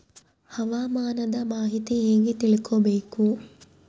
ಹವಾಮಾನದ ಮಾಹಿತಿ ಹೇಗೆ ತಿಳಕೊಬೇಕು?